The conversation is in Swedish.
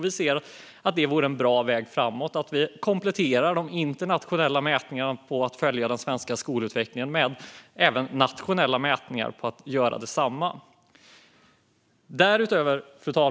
Vi ser att det vore en bra väg framåt att vi kompletterar de internationella mätningarna med nationella mätningar för att följa den svenska skolutvecklingen.